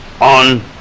on